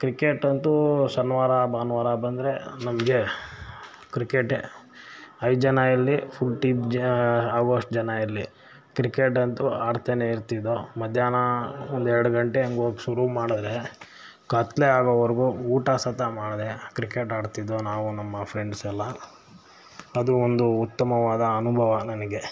cricket ಅಂತೂ ಶನಿವಾರ ಭಾನುವಾರ ಬಂದರೆ ನಮಗೆ ಕ್ರಿಕೆಟೆ ಐದು ಜನ ಇರಲಿ ಫುಲ್ ಟೀಮ್ ಜ ಆಗುವಷ್ಟು ಜನ ಇರಲಿ ಕ್ರಿಕೆಟ್ ಅಂತೂ ಆಡ್ತಲೇ ಇರ್ತಿದ್ದೋ ಮಧ್ಯಾಹ್ನ ಒಂದು ಎರಡು ಗಂಟೆ ಹಂಗೆ ಹೋಗಿ ಶುರು ಮಾಡಿದ್ರೆ ಕತ್ತಲೆ ಆಗೋವರೆಗೂ ಊಟ ಸಹಿತ ಮಾಡದೆ ಕ್ರಿಕೆಟ್ ಆಡ್ತಿದ್ದೆವು ನಾವು ನಮ್ಮ ಫ್ರೆಂಡ್ಸ್ ಎಲ್ಲ ಅದು ಒಂದು ಉತ್ತಮವಾದ ಅನುಭವ ನಮಗೆ